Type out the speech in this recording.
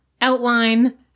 outline